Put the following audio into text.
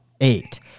eight